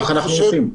כך אנחנו עושים.